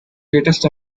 greatest